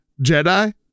Jedi